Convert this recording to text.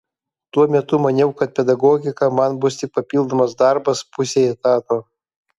tuo metu maniau kad pedagogika man bus tik papildomas darbas pusei etato